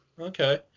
okay